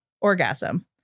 orgasm